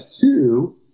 two